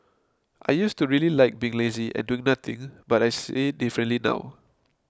I used to really like being lazy and doing nothing but I see differently now